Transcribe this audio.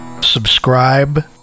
subscribe